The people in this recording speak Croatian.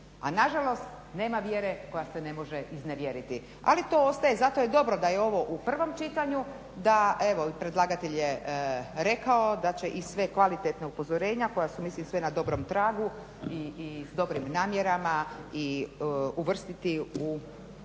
A na žalost nema vjere koja se ne može iznevjeriti. Ali to ostaje, zato je dobro da je ovo u prvom čitanju, da evo predlagatelj je rekao da će i sva kvalitetna upozorenja koja su mislim sva na dobrom tragu i sa dobrim namjerama i uvrstiti i